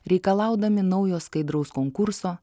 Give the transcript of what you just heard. reikalaudami naujo skaidraus konkurso